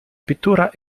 pittura